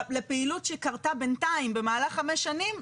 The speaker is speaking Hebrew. לפעילות שקרתה בינתיים במהלך חמש שנים,